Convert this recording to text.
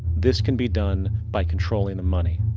this can be done by controlling the money.